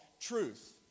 truth